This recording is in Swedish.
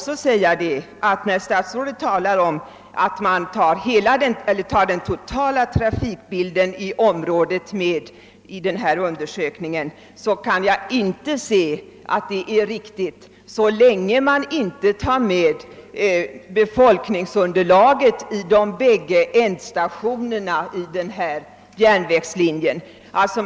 Statsrådet talar om att man tar den totala trafikbilden i området med i denna undersökning, men jag kan inte se att man gör det så länge raan inte ens tar med befolkningsunderlaget i de båda ändstationerna för denna järnvägslinje.